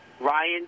Ryan